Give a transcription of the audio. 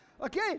Okay